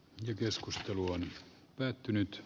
nyt keskustelu on päättynyt